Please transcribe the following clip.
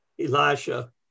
Elisha